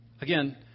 Again